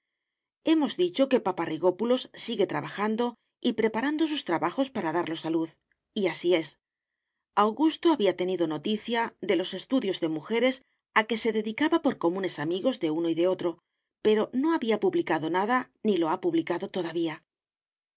hemos dicho que paparrigópulos sigue trabajando y preparando sus trabajos para darlos a luz y así es augusto había tenido noticia de los estudios de mujeres a que se dedicaba por comunes amigos de uno y de otro pero no había publicado nada ni lo ha publicado todavía